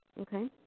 okay